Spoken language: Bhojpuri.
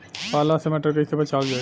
पाला से मटर कईसे बचावल जाई?